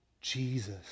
Jesus